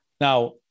Now